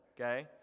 Okay